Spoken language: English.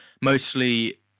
mostly